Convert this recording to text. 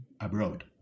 abroad